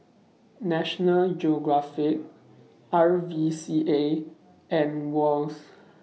National Geographic R V C A and Wall's